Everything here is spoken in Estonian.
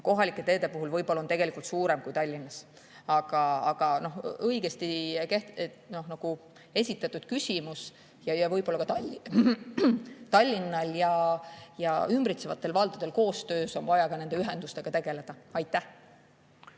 kohalike teede puhul võib olla tegelikult suurem kui Tallinnas. Aga õigesti esitatud küsimus. Võib-olla ka Tallinnal ja ümbritsevatel valdadel on koostöös vaja nende ühendustega tegeleda. No